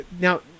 Now